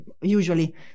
usually